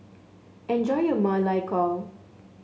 enjoy your Ma Lai Gao